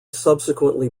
subsequently